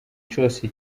cose